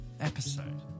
episode